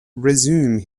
resume